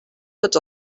tots